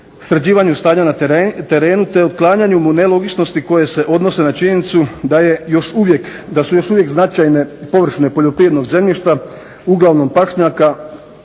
sređivanju stanja na terenu te otklanjanju nelogičnosti koje se odnose na činjenicu da je još uvijek, da su još uvijek značajne površine poljoprivrednog zemljišta uglavnom pašnjaka